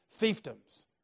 fiefdoms